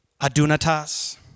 adunatas